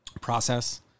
process